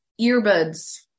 earbuds